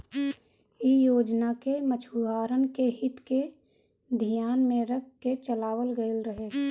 इ योजना के मछुआरन के हित के धियान में रख के चलावल गईल रहे